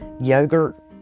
yogurt